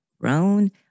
grown